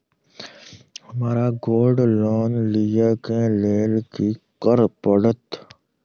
हमरा gold loan लिय केँ लेल की करऽ पड़त?